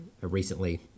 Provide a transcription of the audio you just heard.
recently